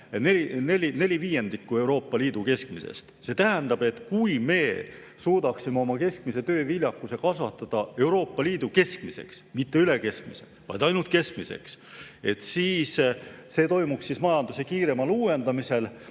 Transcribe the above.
neli viiendikku Euroopa Liidu keskmisest. Kui me suudaksime oma keskmise tööviljakuse kasvatada Euroopa Liidu keskmiseks – mitte üle keskmise, vaid ainult keskmiseks –, siis see toimuks tänu majanduse kiiremale uuendamisele.